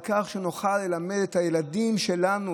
על כך שנוכל ללמד את הילדים שלנו,